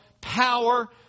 power